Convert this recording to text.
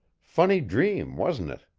funny dream, wasn't it?